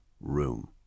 room